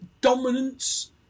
dominance